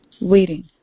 waiting